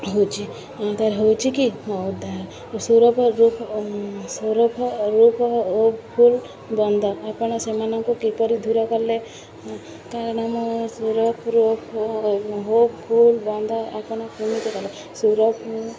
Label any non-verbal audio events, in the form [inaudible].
ହଉଛି କି ହଉଛି କି ଉଦାହରଣ [unintelligible] ଆପଣ ସେମାନଙ୍କୁ କିପରି ଦୂର କଲେ କାରଣ ମୁ [unintelligible] ଆପଣ କେମିତି କଲେ ସୁରପ